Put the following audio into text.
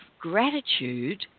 gratitude